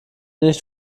nicht